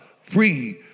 free